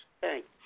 Thanks